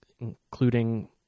including